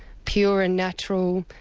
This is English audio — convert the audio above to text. pure and natural,